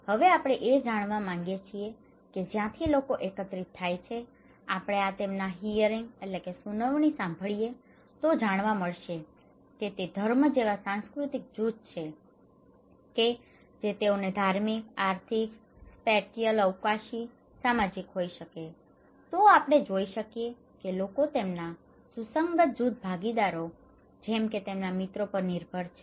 હવે આપણે એ જાણવા માગીએ છીએ કે જ્યાંથી લોકો એકત્રિત થાય છે આપણે તેમના હિયરિંગ hearing સુનવણીસાંભડીએ તો જાણવા મળશે કે તે ધર્મ જેવા સાંસ્કૃતિક જૂથ છે કે જે તેઓને ધાર્મિક આર્થિક સ્પેટિયલ spatial અવકાશી સામાજિક હોય શકે તો આપણે જોઈ શકીએ કે લોકો તેમના સુસંગત જૂથ ભાગીદારો જેમ કે તેમના મિત્રો પર નિર્ભર છે